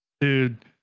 Dude